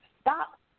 stop